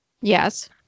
yes